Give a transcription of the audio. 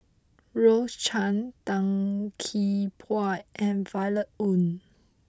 Rose Chan Tan Gee Paw and Violet Oon